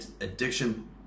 addiction